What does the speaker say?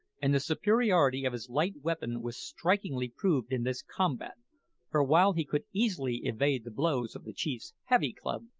and the superiority of his light weapon was strikingly proved in this combat for while he could easily evade the blows of the chief's heavy club,